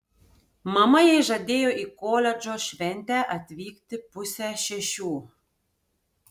mama jai žadėjo į koledžo šventę atvykti pusę šešių